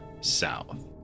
south